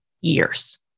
years